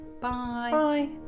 Bye